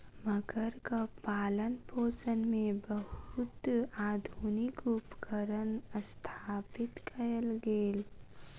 मगरक पालनपोषण मे बहुत आधुनिक उपकरण स्थापित कयल गेल